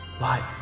life